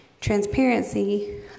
transparency